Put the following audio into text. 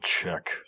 check